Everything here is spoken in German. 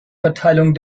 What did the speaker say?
verteilung